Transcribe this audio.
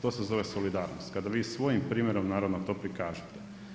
To se zove solidarnost, kada vi svojim primjerom naravno to prikažete.